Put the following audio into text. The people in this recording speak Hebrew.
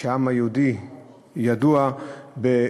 שהעם היהודי ידוע בה,